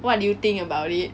what do you think about it